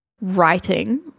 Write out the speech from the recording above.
writing